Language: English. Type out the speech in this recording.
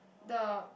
the